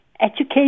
education